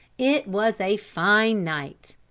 it was a fine night.